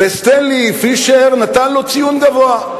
וסטנלי פישר נתן לו ציון גבוה.